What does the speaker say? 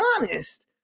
honest